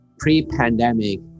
pre-pandemic